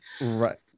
right